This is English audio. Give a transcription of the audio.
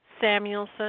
Samuelson